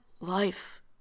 life